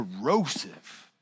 corrosive